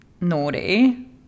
naughty